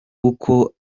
uko